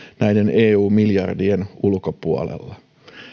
näiden eu miljardien ulkopuolella